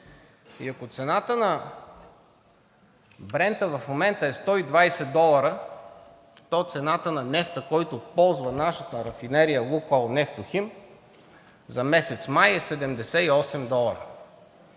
И ако цената на Брента в момента е 120 долара, то цената на нефта, който ползва нашата рафинерия „Лукойл Нефтохим“, за месец май е 78 долара,